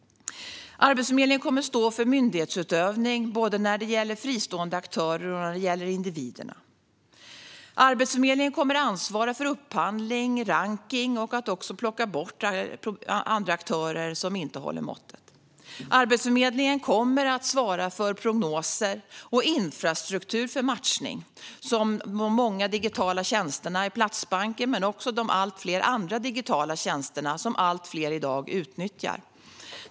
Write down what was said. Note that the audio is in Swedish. Arbetsförmedlingen kommer att stå för myndighetsutövning, både när det gäller fristående aktörer och när det gäller individerna. Arbetsförmedlingen kommer att ansvara för upphandling och rankning och för att plocka bort andra aktörer som inte håller måttet. Arbetsförmedlingen kommer att svara för prognoser och infrastruktur för matchning, som de många digitala tjänsterna i Platsbanken men också de allt fler andra digitala tjänsterna som allt fler i dag utnyttjar.